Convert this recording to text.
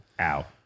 Ow